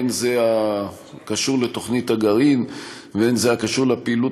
הן זה הקשור לתוכנית הגרעין והן זה הקשור לפעילות